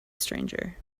stranger